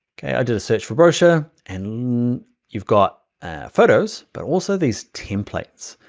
i just search for brochure, and you're got photos, but also these templates.